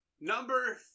Number